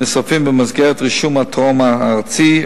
נאספים במסגרת רישום הטראומה הארצי,